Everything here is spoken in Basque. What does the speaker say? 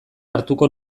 hartuko